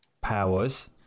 powers